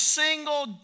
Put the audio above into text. single